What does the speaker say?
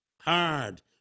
Hard